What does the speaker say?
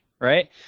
right